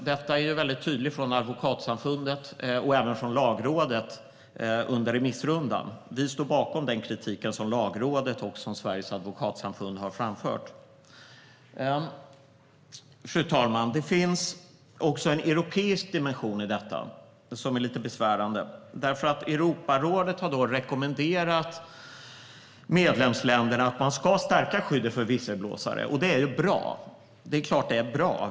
Advokatsamfundet och Lagrådet har också varit tydliga med det under remissrundan. Vi står bakom den kritik som Lagrådet och Sveriges advokatsamfund har framfört. Fru talman! Det finns också en europeisk dimension som är lite besvärande. Europarådet har nämligen rekommenderat medlemsländerna att stärka skyddet för visselblåsare. Det är klart att det är bra.